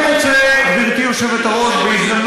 לא מוצא חן בעיניך,